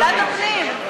ועדת הפנים.